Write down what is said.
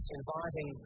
inviting